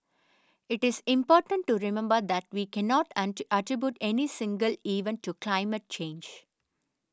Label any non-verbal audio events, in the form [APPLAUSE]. it is important to remember that we cannot [UNINTELLIGIBLE] attribute any single event to climate change